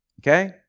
Okay